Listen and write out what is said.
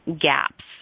gaps